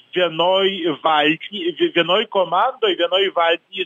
vienoj valty vie vienoj komandoj vienoj valty